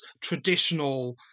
traditional